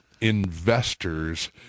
investors